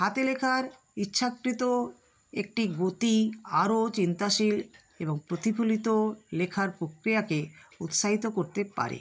হাতে লেখার ইচ্ছাকৃত একটি গতি আরো চিন্তাশীল এবং প্রতিফলিত লেখার প্রক্রিয়াকে উৎসাহিত করতে পারে